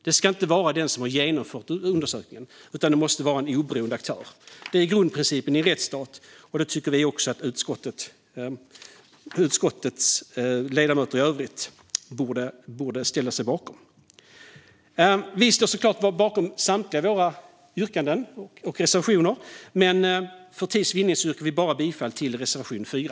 Det ska inte vara den som har genomfört undersökningen som gör det, utan det måste vara en oberoende aktör. Det är grundprincipen i en rättsstat, och det tycker vi att utskottets ledamöter i övrigt borde ställa sig bakom. Vi står såklart bakom samtliga våra yrkanden och reservationer, men för tids vinnande yrkar jag bifall bara till reservation 4.